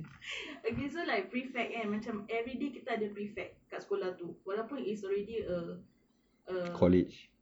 so like prefect kan macam everyday kita ada prefect dekat sekolah tu walaupun it's already a a